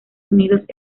unidos